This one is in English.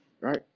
Right